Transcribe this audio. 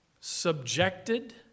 subjected